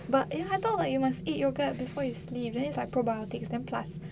but eh I thought like you must eat yogurt before you sleep then is like probiotics then plus